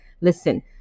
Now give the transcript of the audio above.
Listen